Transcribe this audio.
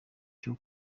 cyo